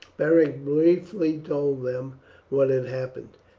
beric briefly told them what had happened,